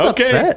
Okay